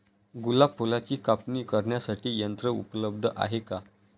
गुलाब फुलाची कापणी करण्यासाठी यंत्र उपलब्ध आहे का?